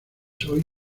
hoy